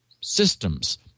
systems